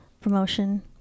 promotion